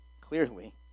clearly